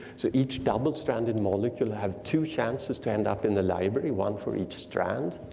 so each double-stranded molecule have two chances to end up in the library, one for each strand.